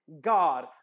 God